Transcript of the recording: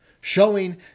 showing